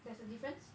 there's a difference